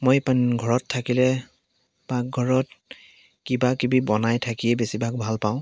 মই ঘৰত থাকিলে পাকঘৰত কিবা কিবি বনাই থাকিয়ে বেছিভাগ ভাল পাওঁ